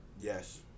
Yes